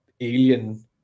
alien